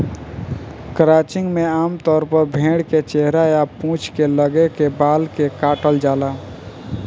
crutching में आमतौर पर भेड़ के चेहरा आ पूंछ के लगे के बाल के काटल जाला